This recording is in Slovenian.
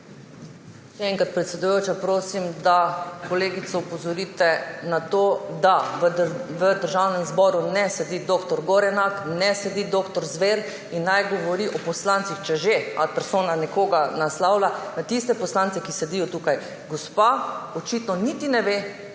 Še enkrat, predsedujoča, prosim, da kolegico opozorite na to, da v Državnem zboru ne sedi dr. Gorenak, ne sedi dr. Zver in naj govori o poslancih, če že ad personam nekoga naslavlja, naj tiste poslance, ki sedijo tukaj. Gospa očitno niti ne ve,